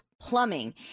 plumbing